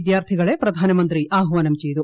വിദ്യാർത്ഥികളെ പ്രധാന മന്ത്രി ആഹ്വാനം ചെയ്തു